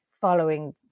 following